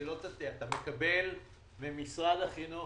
שלא תטעה, אתה מקבל ממשרד החינוך